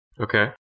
Okay